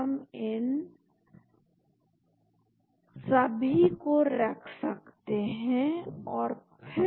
तो हमें नए स्कैफोल्ड्स मिल सकते हैं लेकिन आप उन ग्रुप को रखेंगे जो कि फार्मकोफोर से बाइंडिंग के लिए चाहिए